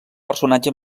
personatge